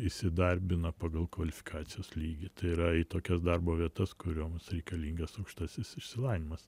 įsidarbina pagal kvalifikacijos lygį tai yra į tokias darbo vietas kurioms reikalingas aukštasis išsilavinimas